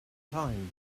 time